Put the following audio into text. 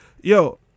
yo